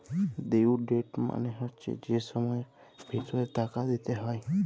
due date মালে হচ্যে যে সময়ের ভিতরে টাকা দিতে হ্যয়